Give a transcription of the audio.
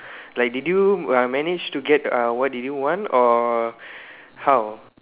like did you err manage to get uh what did you want or how